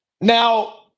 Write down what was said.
Now